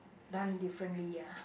done differently ah